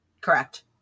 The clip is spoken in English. Correct